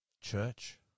church